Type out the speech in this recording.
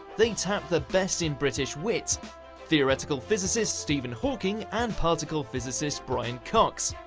they tapped the best in british wit theoretical physicist stephen hawking and particle physicist brian cox.